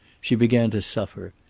she began to suffer.